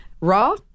Raw